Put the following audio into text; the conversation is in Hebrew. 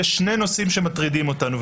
יש שני נושאים שמטרידים אותנו,